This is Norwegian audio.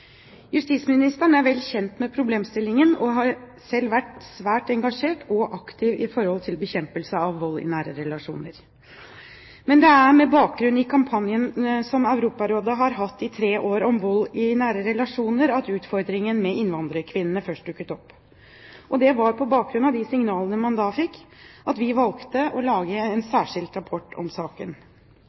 Justisministeren er vel kjent med problemstillingen og har selv vært svært engasjert og aktiv i forhold til bekjempelse av vold i nære relasjoner. Men det er med bakgrunn i kampanjen som Europarådet har hatt i tre år om vold i nære relasjoner, at utfordringen med innvandrerkvinnene først dukket opp, og det var på bakgrunn av de signalene man da fikk at vi valgte å lage en særskilt rapport om saken.